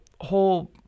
whole